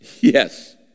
Yes